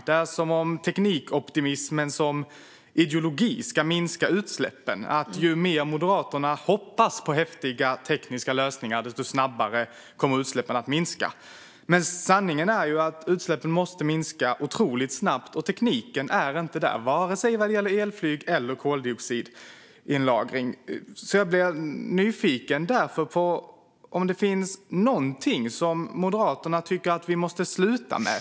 Det är som att teknikoptimismen som ideologi ska minska utsläppen, som att ju mer Moderaterna hoppas på häftiga tekniska lösningar, desto snabbare kommer utsläppen att minska. Sanningen är att utsläppen måste minska otroligt snabbt, och tekniken finns inte där, vare sig vad gäller elflyg eller vad gäller koldioxidinlagring. Jag blir därför nyfiken på om det finns någonting som Moderaterna tycker att vi måste sluta med.